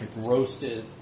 roasted